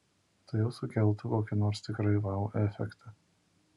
tai jau sukeltų kokį nors tikrai vau efektą